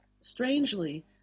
strangely